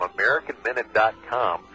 AmericanMinute.com